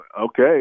okay